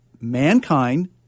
mankind